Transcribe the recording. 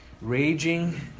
Raging